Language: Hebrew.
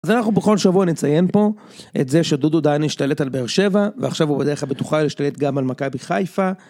אז אנחנו בכל שבוע נציין פה את זה שדודו דני השתלט על באר שבע, ועכשיו הוא בדרך הבטוחה להשתלט גם על מכבי חיפה...